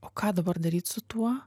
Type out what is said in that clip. o ką dabar daryti su tuo